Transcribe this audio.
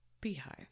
beehive